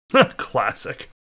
Classic